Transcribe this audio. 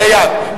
להצביע ידנית.